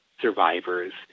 survivors